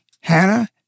Hannah